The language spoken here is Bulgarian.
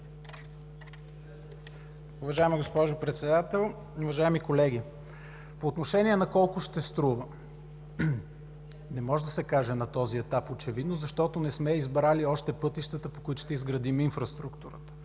Уважаема госпожо Председател, уважаеми колеги! По отношение на това колко ще струва, не може да се каже на този етап очевидно, защото не сме избрали още пътищата, по които ще изградим инфраструктурата.